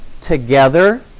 Together